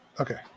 Okay